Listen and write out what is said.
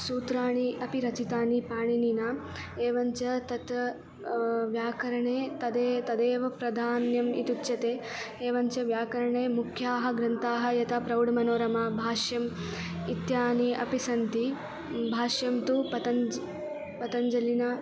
सूत्राणि अपि रचितानि पाणिनिना एवञ्च तत् व्याकरणे तदेव तदेव प्राधान्यम् इति उच्यते एवञ्च व्याकरणे मुख्याः ग्रन्थाः यथा प्रौडमनोरमा भाष्यम् इत्यादीनि अपि सन्ति भाष्यं तु पतञ्ज् पतञ्जलिना